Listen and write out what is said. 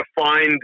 find